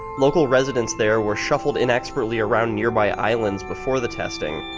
local residents there were shuffled inexpertly around nearby islands before the testing,